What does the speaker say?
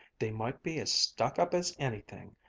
they might be as stuck-up as anything!